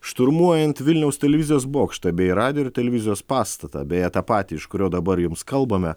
šturmuojant vilniaus televizijos bokštą bei radijo ir televizijos pastatą beje tą patį iš kurio dabar jums kalbame